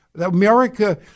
America